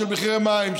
של מחירי מים,